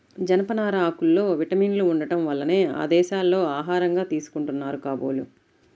జనపనార ఆకుల్లో విటమిన్లు ఉండటం వల్లనే ఆ దేశాల్లో ఆహారంగా తీసుకుంటున్నారు కాబోలు